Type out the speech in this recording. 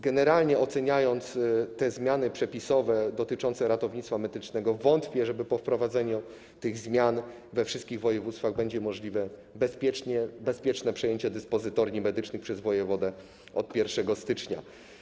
Generalnie oceniając te zmiany przepisów dotyczące ratownictwa medycznego, wątpię, czy po wprowadzeniu tych zmian we wszystkich województwach będzie możliwe bezpieczne przejęcie dyspozytorni medycznych przez wojewodę od 1 stycznia.